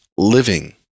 living